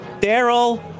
Daryl